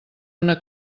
una